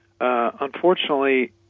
Unfortunately